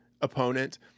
opponent